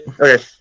okay